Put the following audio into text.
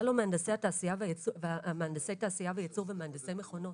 לא מהנדסי תעשייה וייצור ומהנדסי מכונות.